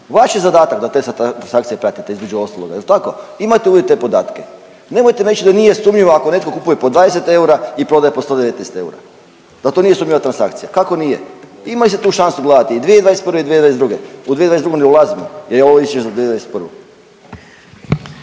Vaš je zadatak da te transakcije pratite, između ostaloga, je li tako? Imate uvid u te podatke. Nemojte reći da nije sumnjivo ako netko kupuje po 20 eura i prodaje po 119 eura, da to nije sumnjiva transakcija, kako nije? Imali ste tu šansu gledati i 2021. i 2022. U 2022. ne ulazimo jer je ovo Izvješće za 2021.